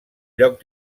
lloc